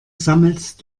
sammelst